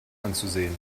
anzusehen